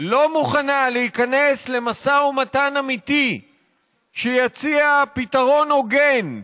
לא מוכנה להיכנס למשא ומתן אמיתי שיציע פתרון הוגן,